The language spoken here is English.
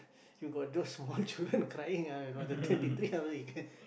you got those small children crying ah you got to twenty three hour you can